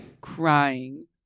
crying